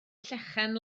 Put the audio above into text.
llechen